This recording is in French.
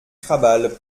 krabal